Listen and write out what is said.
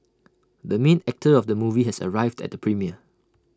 the main actor of the movie has arrived at the premiere